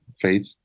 Faith